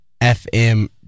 FM